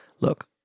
Look